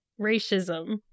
racism